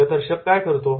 मार्गदर्शक काय करतो